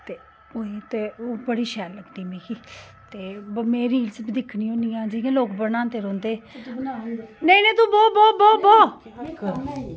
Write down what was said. ते ओह् हे ते बड़े शैल लगदे मिगी ते में रील्स बी दिक्खनी होन्नी आं जियां लोक बनांदे रौहंदे नेईं नेईं नेईं तूं बौह् बौह् बौह् बौह्